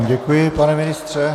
Děkuji vám, pane ministře.